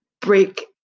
break